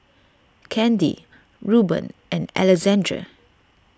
Kandy Ruben and Alexandre